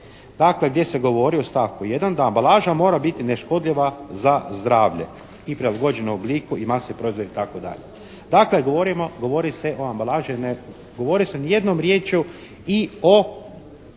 Dakle gdje se govori u stavku 1. da ambalaža mora biti neškodljiva za zdravlje … /Govornik se ne razumije./ … obliku i masi proizvoda itd. Dakle govori se o ambalaži. Ne govori se ni jednom riječju i o